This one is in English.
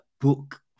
book